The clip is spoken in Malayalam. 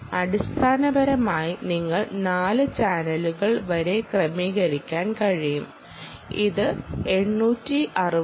അടിസ്ഥാനപരമായി നിങ്ങൾക്ക് 4 ചാനലുകൾ വരെ ക്രമീകരിക്കാൻ കഴിയും ഇത് 865